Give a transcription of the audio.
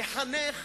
לחנך